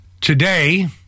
today